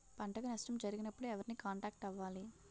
పంటకు నష్టం జరిగినప్పుడు ఎవరిని కాంటాక్ట్ అవ్వాలి?